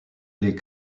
les